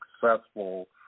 successful